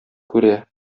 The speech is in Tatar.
күрә